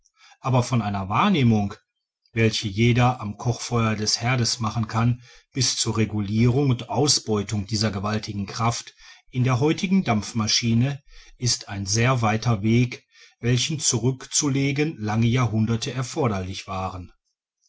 aber von einer wahrnehmung welche jeder am kochfeuer des heerdes machen kann bis zur regulirung und ausbeutung dieser gewaltigen kraft in der heutigen dampfmaschine ist ein sehr weiter weg welchen zurückzulegen lange jahrhunderte erforderlich waren